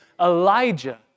Elijah